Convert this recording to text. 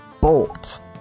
bolt